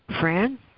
Fran